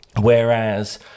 whereas